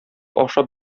ашап